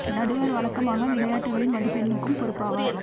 நடுவர் வழக்கமாக விளையாட்டுகளின் மதிப்பெண்ணுக்கும் பொறுப்பாவார்